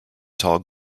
tall